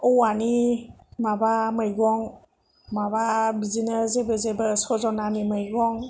औवानि माबा मैगं माबा बिदिनो जेबो जेबो सज'नानि मैगं